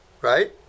right